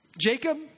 Jacob